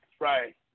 right